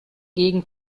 gegen